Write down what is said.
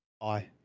Bye